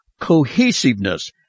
cohesiveness